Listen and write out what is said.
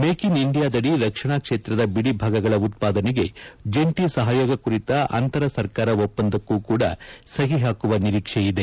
make in ಇಂಡಿಯಾದದಿ ರಕ್ಷಣಾ ಕ್ಷೇತ್ರದ ಬಿಡಿ ಭಾಗಗಳ ಉತ್ಪಾದನೆಗೆ ಜಂಟಿ ಸಹಯೋಗ ಕುರಿತ ಅಂತರ ಸರ್ಕಾರ ಒಪ್ಪಂದಕ್ಕೂ ಕೂಡ ಸಹಿ ಹಾಕುವ ನಿರೀಕ್ಷೆ ಇದೆ